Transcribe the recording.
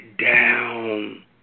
down